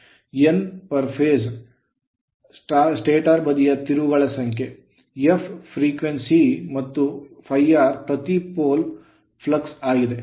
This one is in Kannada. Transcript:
Nph1 per phase ಪ್ರತಿ ಹಂತದ ಸ್ಟಾಟರ್ ಬದಿಯ ತಿರುವುಗಳ ಸಂಖ್ಯೆ f frequency ಆವರ್ತನ ಮತ್ತು ∅r ಪ್ರತಿ pole ಧ್ರುವಕ್ಕೆ ಫ್ಲಕ್ಸ್ ಆಗಿದೆ